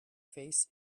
face